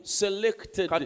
selected